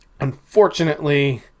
unfortunately